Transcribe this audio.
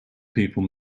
people